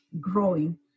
growing